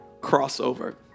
crossover